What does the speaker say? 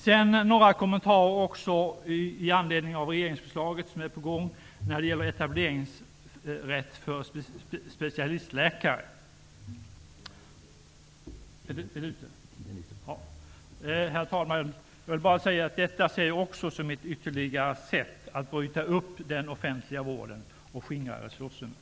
Jag till vill sist beträffande det regeringsförslag som är på gång om etableringsrätt för specialistläkare bara säga att jag ser också detta som ett sätt att bryta upp den offentliga vården och skingra dess resurser.